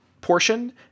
portion